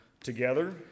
together